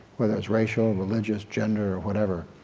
whether it's racial, religious, gender or whatever,